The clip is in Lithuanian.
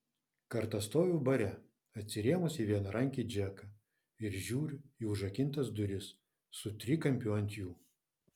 kartą stoviu bare atsirėmus į vienarankį džeką ir žiūriu į užrakintas duris su trikampiu ant jų